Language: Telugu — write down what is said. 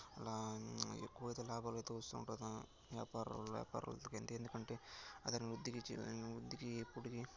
అలా ఎక్కువైతే లాభాలు అయితే వస్తూ ఉంటుందో వ్యాపారుల వ్యాపారం వృద్ధికి అయిద్ది ఎందుకంటే అతని వృద్ధికి వృద్ధికి ఎప్పటికీ